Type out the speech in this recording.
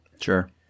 sure